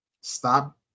Stop